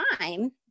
time